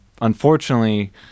unfortunately